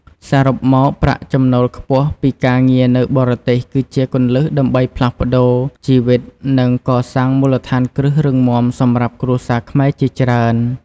សរុបមក ប្រាក់ចំណូលខ្ពស់ពីការងារនៅបរទេស គឺជាគន្លឹះដើម្បីផ្លាស់ប្តូរជីវិត និងកសាងមូលដ្ឋានគ្រឹះរឹងមាំសម្រាប់គ្រួសារខ្មែរជាច្រើន។